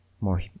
more